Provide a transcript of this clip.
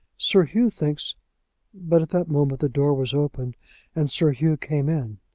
sir hugh thinks but at that moment the door was opened and sir hugh came in.